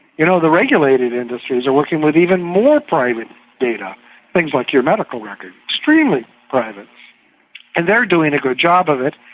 you know the regulated industries are working with even more private data things like your medical records, extremely private and they're doing a good job of it,